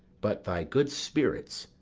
but thy good spirits,